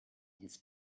his